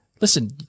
listen